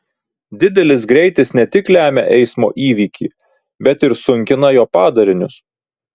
didelis greitis ne tik lemia eismo įvykį bet ir sunkina jo padarinius